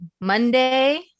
Monday